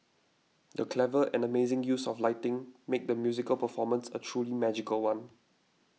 the clever and amazing use of lighting made the musical performance a truly magical one